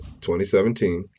2017